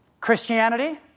Christianity